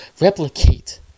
replicate